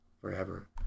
forever